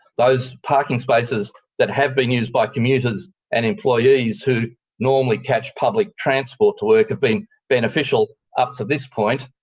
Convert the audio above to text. those parking spaces that have been used by commuters and employees who normally catch public transport to work have been beneficial up to this point.